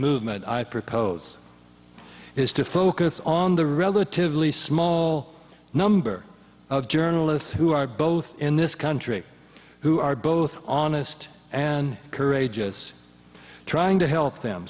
movement i propose is to focus on the relatively small number of journalists who are both in this country who are both honest and courageous trying to help them